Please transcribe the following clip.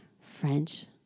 French